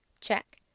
check